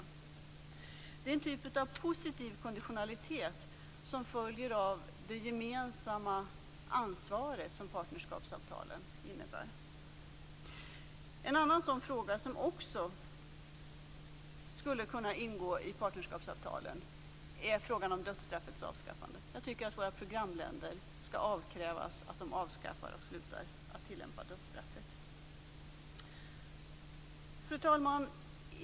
Det är en typ av positiv konditionalitet som följer av det gemensamma ansvar som partnerskapsavtalen innebär. En annan sådan fråga, som också skulle kunna ingå i partnerskapsavtalen, är frågan om dödsstraffets avskaffande. Jag tycker att våra programländer skall avkrävas att de avskaffar och slutar att tillämpa dödsstraffet. Fru talman!